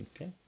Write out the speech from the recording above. Okay